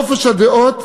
חופש הדעות